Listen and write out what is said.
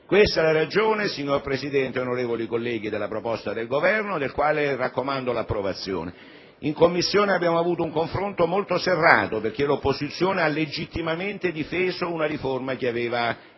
Questa è la ragione, signor Presidente, onorevoli colleghi, della proposta del Governo, di cui raccomando l'approvazione. In Commissione abbiamo avuto un confronto molto serrato, perché l'opposizione ha legittimamente difeso - sarebbe stato